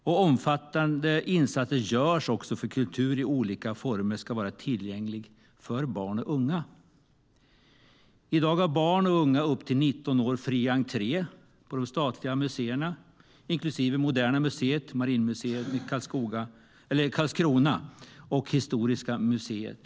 Och omfattande insatser görs också för att kultur i olika former ska vara tillgänglig för barn och unga.I dag har barn och unga upp till 19 år fri entré till de statliga museerna, inklusive Moderna museet, Marinmuseum i Karlskrona och Historiska museet.